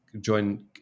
join